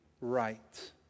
right